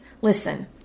Listen